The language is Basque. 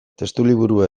testuliburua